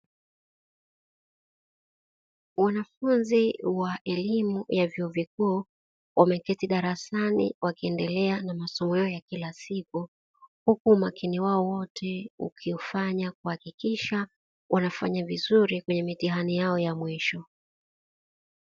Wanafunzi wa elimu ya vyuo vikuu, wameketi darasani wakiendelea na masomo yao ya kila siku, huku umakini wao wote wakiufanya kuhakikisha wanafanya vizuri kwenye mitihani yao ya mwisho.